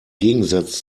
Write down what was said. gegensatz